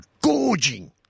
gorging